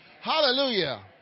Hallelujah